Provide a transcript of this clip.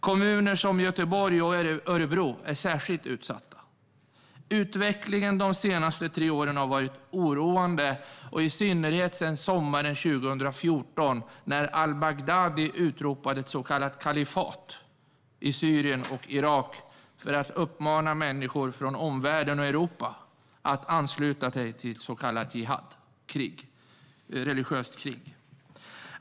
Kommuner som Göteborg och Örebro är särskilt utsatta. Utvecklingen de senaste tre åren har varit oroande, i synnerhet sedan sommaren 2014 när al-Baghdadi utropade ett så kallat kalifat i Syrien och Irak för att uppmana människor från omvärlden och Europa att ansluta sig till ett så kallat jihadkrig, ett religiöst krig.